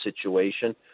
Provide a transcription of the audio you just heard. situation